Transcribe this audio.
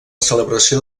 celebració